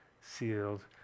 sealed